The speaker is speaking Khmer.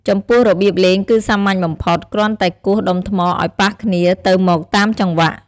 ចំពោះរបៀបលេងគឺសាមញ្ញបំផុត គ្រាន់តែគោះដុំថ្មឲ្យប៉ះគ្នាទៅមកតាមចង្វាក់។